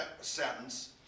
sentence